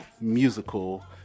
musical